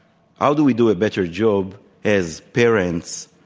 ah do we do a better job as parents,